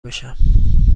بشم